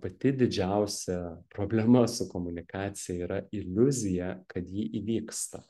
pati didžiausia problema su komunikacija yra iliuzija kad ji įvyksta